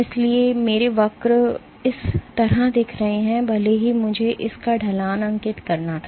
इसलिए मेरे वक्र इस तरह दिख रहे हैं भले ही मुझे इस का ढलान अंकित करना था